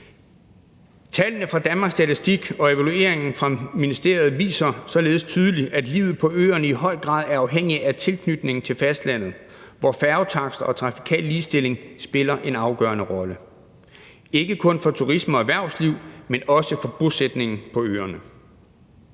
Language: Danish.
Tallene fra Danmarks Statistik og evalueringen fra ministeriet viser således tydeligt, at livet på øerne i høj grad er afhængig af tilknytningen til fastlandet, hvor færgetakster og trafikal ligestilling spiller en afgørende rolle, ikke kun for turisme og erhvervsliv, men også for bosætningen på øerne.